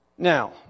Now